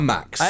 Max